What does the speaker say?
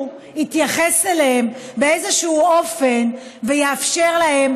יתייחס אליהם באיזשהו אופן ויאפשר להם,